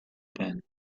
pen